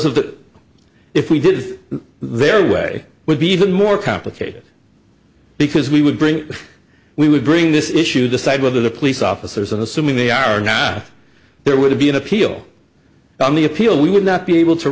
of that if we did their way would be even more complicated because we would bring we would bring this issue decide whether the police officers and assuming they are not there would be an appeal on the appeal we would not be able to